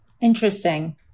Interesting